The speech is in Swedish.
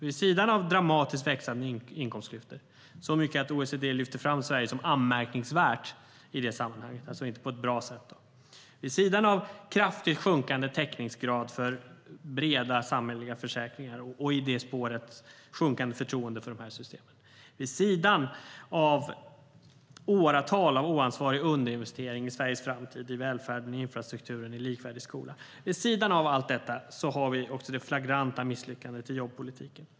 Vid sidan av dramatiskt växande inkomstklyftor - så stora att OECD lyfter fram Sverige som anmärkningsvärt i sammanhanget och då inte på ett bra sätt - vid sidan av kraftigt sjunkande täckningsgrad för breda samhälleliga försäkringar och i det spåret sjunkande förtroende för de här systemen, vid sidan av åratal av oansvarig underinvestering i Sveriges framtid, i välfärden, infrastrukturen och likvärdig skola, vid sidan av allt detta har vi det flagranta misslyckandet i jobbpolitiken.